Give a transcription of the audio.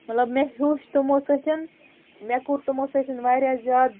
مطلب مےٚ ہیٚوچھ تِمو سۭتۍ مےٚ کوٚر تِمو سۭتۍ واریاہ زیادٕ